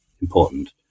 important